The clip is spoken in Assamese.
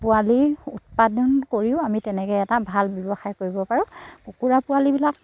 পোৱালি উৎপাদন কৰিও আমি তেনেকৈ এটা ভাল ব্যৱসায় কৰিব পাৰোঁ কুকুৰা পোৱালিবিলাক